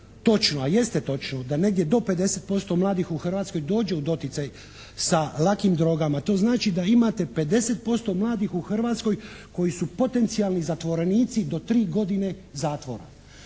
točno, a jeste točno da negdje do 50% mladih u Hrvatskoj dođe u doticaj sa lakim drogama, to znači da imate 50% mladih u Hrvatskoj koji su potencijalni zatvorenici do 3 godine zatvora.